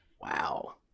Wow